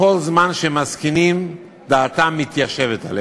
כל זמן שהם מזקינים, דעתם מתיישבת עליהם.